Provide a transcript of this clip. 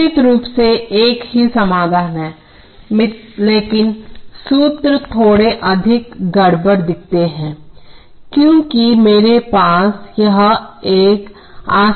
निश्चित रूप से एक ही समाधान है लेकिन सूत्र थोड़े अधिक गड़बड़ दिखते हैं क्योंकि मेरे पास यह अल्फा cos beta sin था और फिर मुझे कांस्टेंट खोजने होंगे